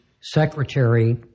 secretary